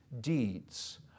deeds